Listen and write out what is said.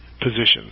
positions